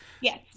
Yes